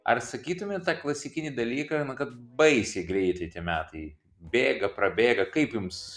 ar sakytumėte klasikinį dalyką na kad baisiai greitai tie metai bėga prabėga kaip jums